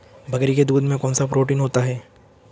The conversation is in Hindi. बकरी के दूध में कौनसा प्रोटीन होता है?